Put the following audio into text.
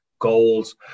goals